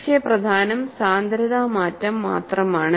പക്ഷെ പ്രധാനം സാന്ദ്രത മാറ്റം മാത്രമാണ്